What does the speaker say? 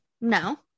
No